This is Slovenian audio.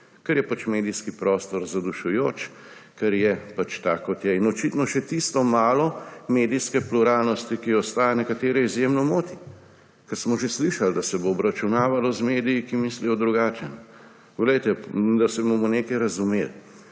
ker je pač medijski prostor zadušujoč, ker je pač tak, kot je. In očitno še tisto malo medijske pluralnosti, ki ostaja, nekatere izjemno moti, ker smo že slišali, da se bo obračunavalo z mediji, ki mislijo drugače. Poglejte, da se bomo razumeli